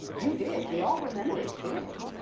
you did. we all remember it clearly.